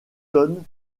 tonne